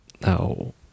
No